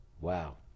Wow